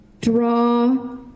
draw